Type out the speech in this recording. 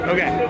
Okay